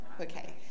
Okay